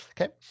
Okay